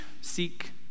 seek